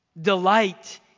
Delight